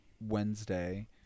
Wednesday